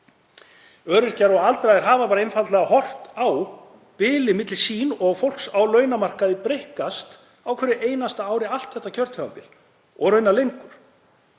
Öryrkjar og aldraðir hafa bara einfaldlega horft á bilið milli sín og fólks á launamarkaði breikka á hverju einasta ári allt þetta kjörtímabil og raunar lengur.